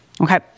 Okay